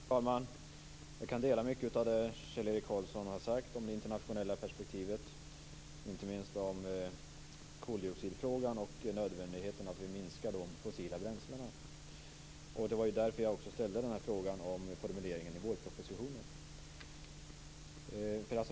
Fru talman! Jag kan dela mycket av det som Kjell Erik Karlsson har sagt om det internationella perspektivet, inte minst om koldioxidfrågan och om nödvändigheten av att minska användningen av de fossila bränslena. Det var också därför som jag ställde frågan om formuleringen i vårpropositionen.